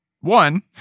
one